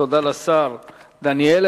תודה לשר דניאל